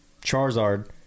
Charizard